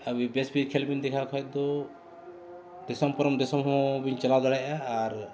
ᱟᱹᱵᱤᱱ ᱵᱮᱥ ᱵᱤᱱ ᱠᱷᱮᱞ ᱵᱤᱱ ᱫᱮᱠᱷᱟᱣ ᱠᱷᱟᱱ ᱫᱚ ᱫᱤᱥᱚᱢ ᱯᱟᱨᱚᱢ ᱫᱤᱥᱚᱢ ᱦᱚᱸ ᱵᱤᱱ ᱪᱟᱞᱟᱣ ᱫᱟᱲᱮᱭᱟᱜᱼᱟ ᱟᱨ